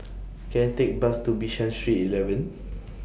Can I Take A Bus to Bishan Street eleven